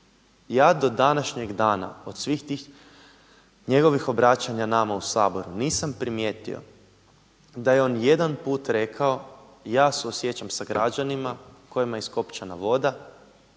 Ja do današnjeg dana od svih tih njegovih obraćanja nama u Saboru nisam primijetio da je on jedan put rekao, ja suosjećam s građanima kojima je iskopčana voda.